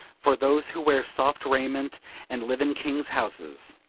for those who wear soft raiment and live in kings' houses.